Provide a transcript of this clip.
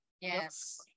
Yes